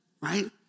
right